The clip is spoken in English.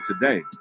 today